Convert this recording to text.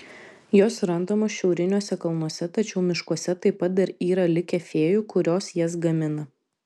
jos randamos šiauriniuose kalnuose tačiau miškuose taip pat dar yra likę fėjų kurios jas gamina